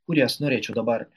kurias norėčiau dabar